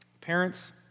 Parents